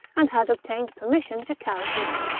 and had obtained permission to carry him off.